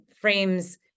frames